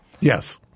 Yes